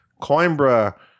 Coimbra